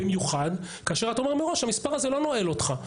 במיוחד כאשר אתה אומר מראש שהמספר הזה לא נועל אותך,